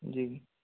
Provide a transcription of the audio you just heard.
जी